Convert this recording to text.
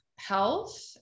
health